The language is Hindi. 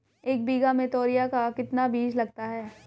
एक बीघा में तोरियां का कितना बीज लगता है?